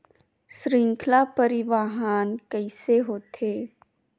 श्रृंखला परिवाहन कइसे होथे?